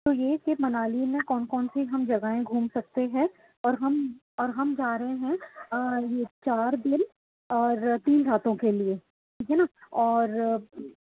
تو یہ کہ منالی میں کون کون سی ہم جگاہیں گھوم سکتے ہیں اور ہم اور ہم جا رہے ہیں یہ چار دن اور تین راتوں کے لیے ٹھیک ہے نا اور